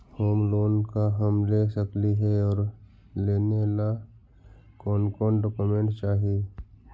Home loan का हम ले सकली हे, और लेने ला कोन कोन डोकोमेंट चाही?